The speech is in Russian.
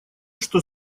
что